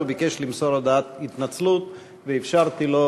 הוא ביקש למסור הודעת התנצלות ואפשרתי לו.